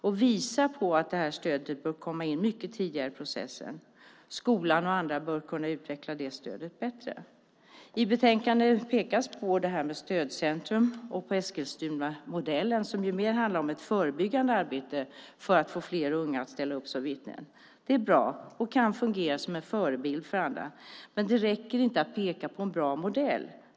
Det visar på att stödet bör komma in mycket tidigare, och skolan och andra bör kunna utveckla det stödet bättre. I betänkandet pekas på stödcentrum och Eskilstunamodellen, som mer handlar om ett förebyggande arbete för att få fler unga att ställa upp som vittnen. Det är bra och kan fungera som en förebild för andra. Men det räcker inte att peka på en bra modell.